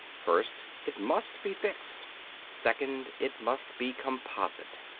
first, it must be fixed second, it must be composite.